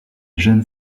jeunes